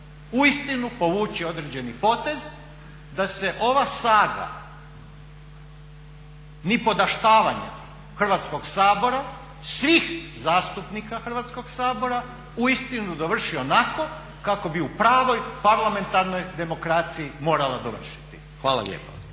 uistinu povući određeni potez da se ova saga nipodaštavanja Hrvatskog sabora, svih zastupnika Hrvatskog sabora uistinu dovrši onako kako bi u pravoj parlamentarnoj demokraciji morala dovršiti. Hvala lijepa.